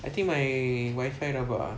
I think my wifi rabak ah